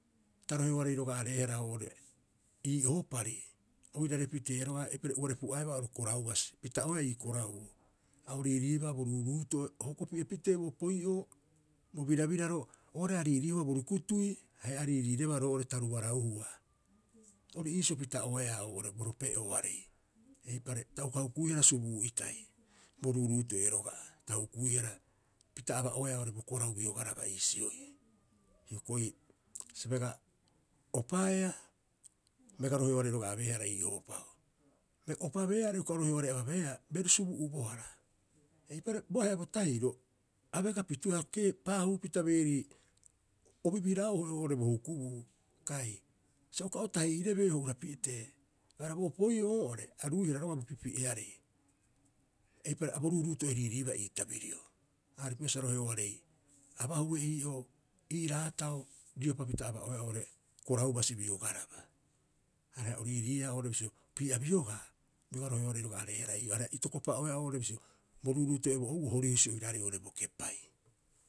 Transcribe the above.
Ta roheoarei roga'a areehara oo'ore ii ohopari oirare pitee roga'a eipare uare pu'aebaa oo'ore korau basi. Pita'oeea ii korauoo, a o riiriibaa bo ruuruuto'e o hokopi'e pitee bo opoi'oo bo birabiraro oo'ore a riiriihua bo rukutui haia a riiriirebaa roo'ore ta rubarauhua. Ori iisio pita'oeaa oo'ore bo ropee'ooarei. Eipare ta uka hukuihara subuu'itai, bo ruuruuto'e roga'a ta hukuihara. Pita aba'oeaa oo'ore bo korau biogaraba iisioi. Hioko'i bega opaea bega roheoarei roga'a abeehara ii ohopao. Opabeea are uka roheoarei ababeea, beru subu'ubohara. Eipare bo ahe'a bo tahiro ha bega pitueu ha kee paahupitabeeri oru bibira'o'ohe oo'ore bo hukubuu kai sa uka otahiirebee o hura pitee. Eipaareha bo opo'oo oo'ore aruihara bo pipi'earei, eipare a bo ruuruuto'e riiriibaa ii tabirio. Ha a aripuia sa roheoarei abahue ii'oo ii raatao riopa pita aba'oeaa oo'ore korau basi biogaraba. Areha o riiriia oo'ore bisio, opii'a biogaa bioga roheoarei roga'a areehara ii'oo, areha itokopa'oeaa oo'ore bisio bo ruuruuto'e bo ou'oo hori husi oiraarei oo'ore bo kepai.